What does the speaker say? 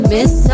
Miss